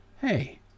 Hey